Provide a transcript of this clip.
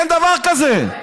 אין דבר כזה.